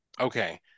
Okay